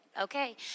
okay